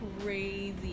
crazy